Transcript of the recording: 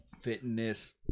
fitness